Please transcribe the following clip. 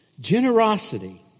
Generosity